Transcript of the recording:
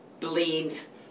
bleeds